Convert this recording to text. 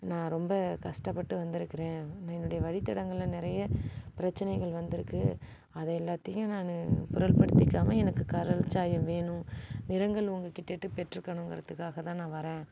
நான் ரொம்ப கஷ்டப்பட்டு வந்திருக்கிறேன் நான் என்னுடைய வழி தடங்களில் நிறைய பிரச்சினைகள் வந்திருக்கு அதை எல்லாத்தையும் நான் பொருட்படுத்திக்காம எனக்கு கலர் சாயம் வேணும் நிறங்கள் உங்க கிட்டே பெற்றுக்கணும்கிறதுக்காகத்தான் நான் வரேன்